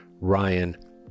Ryan